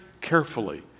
carefully